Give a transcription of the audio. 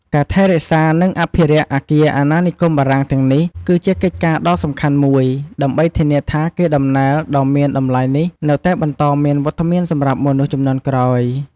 ការថែរក្សា និងអភិរក្សអគារអាណានិគមបារាំងទាំងនេះ គឺជាកិច្ចការដ៏សំខាន់មួយ ដើម្បីធានាថាកេរដំណែលដ៏មានតម្លៃនេះនៅតែបន្តមានវត្តមានសម្រាប់មនុស្សជំនាន់ក្រោយ។